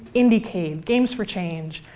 indie k, games for change.